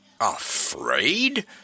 Afraid